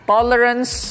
Tolerance